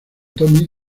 tommy